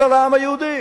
אלא לעם היהודי,